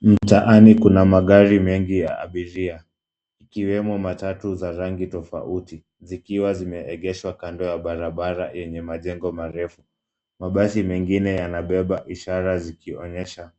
Mtaani kuna magari mengi ya abiria ikiwemo matatu za rangi tofauti zikiwa zimeegeshwa kando ya barabara yenye majengo marefu. Mabasi mengine yanabeba ishara zikionyesha